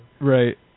Right